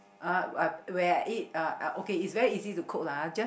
uh when I eat uh uh okay it's very easy to cook lah just